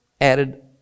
added